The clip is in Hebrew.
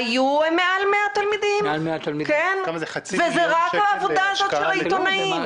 היו יותר מ-100 תלמידים והמספר ירד רק בגלל הפרסום של העיתונאים.